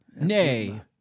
Nay